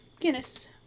Guinness